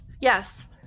yes